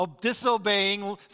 disobeying